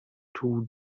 two